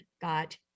got